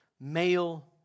male